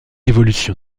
évolution